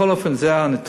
אבל בכל אופן זה הנתון.